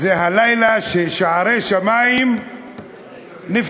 זה הלילה ששערי שמים נפתחים.